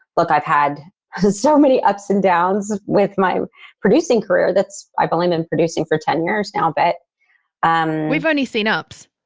look i've had so many ups and downs with my producing career that's, i've only been producing for ten years now. but um we've only seen ups.